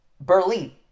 Berlin